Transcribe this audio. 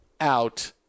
out